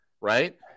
right